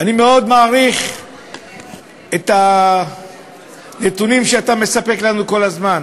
אני מאוד מעריך את הנתונים שאתה מספק לנו כל הזמן,